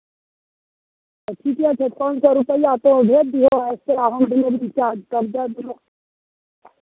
ठीके छै पाँच सए रुपैआ तोँ भेज दिहक अइसे आ होम डिलीवरी चार्ज तब दऽ दिहक